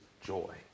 joy